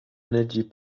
energy